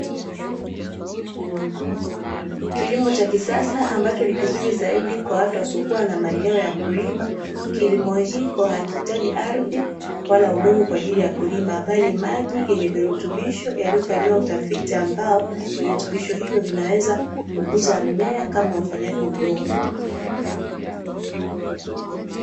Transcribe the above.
Kilimo cha kisasa ambacho ni kizuri zaidi kwa watu wasiokuwa na maeneo ya kulima, kilimo hiko hakihitaji ardhi wala udongo kwa ajili ya kulima, bali maji yenye virutubisho yaliyofanyiwa utafiti ambao, virutubisho hivyo vinaweza kukuza mmea, kama ufanyavyo udongo.